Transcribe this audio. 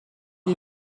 you